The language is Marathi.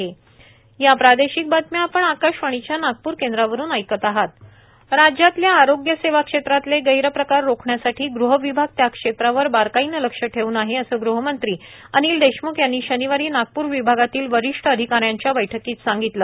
अनिल देशम्ख राज्यातल्या आरोग्य सेवा क्षेत्रातले गैरप्रकार रोखण्यासाठी गुह विभाग त्या क्षेत्रावर बारकाईनं लक्ष ठेवून आहे असं गृहमंत्री अनिल देशम्ख यांनी शनिवारी नागपूर विभागातील वरिष्ठ अधिका यांच्या बैठकीत सांगितलं